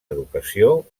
educació